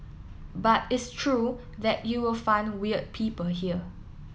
but it's true that you will find weird people here